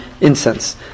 incense